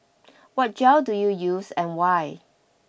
what gel do you use and why